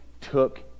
took